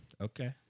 Okay